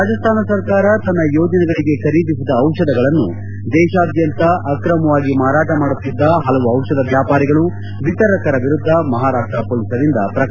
ರಾಜಸ್ಥಾನ ಸರ್ಕಾರ ತನ್ನ ಯೋಜನೆಗಳಿಗೆ ಖರೀದಿಸಿದ ಔಷಧಗಳನ್ನು ದೇಶಾದ್ಯಂತ ಅಕ್ರಮವಾಗಿ ಮಾರಾಟ ಮಾಡುತ್ತಿದ್ದ ಹಲವು ಔಷಧ ವ್ಯಾಪಾರಿಗಳು ವಿತರಕರ ವಿರುದ್ದ ಮಹಾರಾಷ್ಷ ಮೊಲೀಸರಿಂದ ಪ್ರಕರಣ ದಾಖಲು